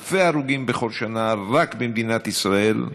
אלפי ההרוגים בכל שנה רק במדינת ישראל,